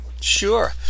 Sure